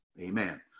Amen